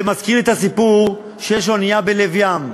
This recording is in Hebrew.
זה מזכיר לי את הסיפור, שיש אונייה בלב ים.